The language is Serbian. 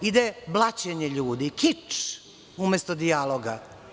Ide blaćenje ljudi, kič, umesto dijaloga.